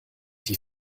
die